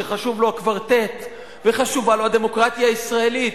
שחשוב לו הקוורטט וחשובה לו הדמוקרטיה הישראלית,